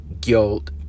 guilt